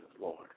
Lord